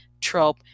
trope